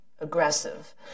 aggressive